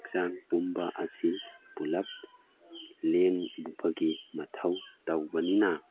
ꯍꯛꯆꯥꯡ ꯄꯨꯝꯕ ꯑꯁꯤ ꯄꯨꯂꯞ ꯂꯦꯡꯕꯒꯤ ꯃꯊꯧ ꯇꯧꯕꯅꯤꯅ